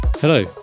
Hello